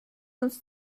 uns